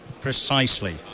Precisely